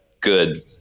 good